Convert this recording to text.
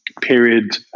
period